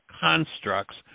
constructs